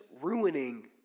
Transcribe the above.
ruining